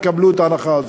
יקבלו את ההנחה הזאת,